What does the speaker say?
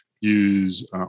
use